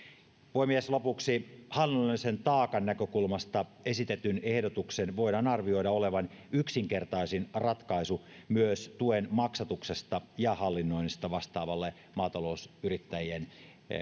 puhemies lopuksi hallinnollisen taakan näkökulmasta esitetyn ehdotuksen voidaan arvioida olevan yksinkertaisin ratkaisu myös tuen maksatuksesta ja hallinnoinnista vastaavalle maatalousyrittäjien